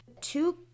two